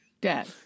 Dead